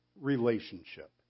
Relationship